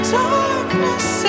darkness